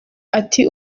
ati